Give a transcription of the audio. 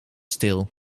stil